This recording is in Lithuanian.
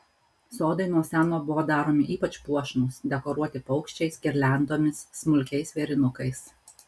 sodai nuo seno buvo daromi ypač puošnūs dekoruoti paukščiais girliandomis smulkiais vėrinukais